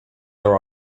are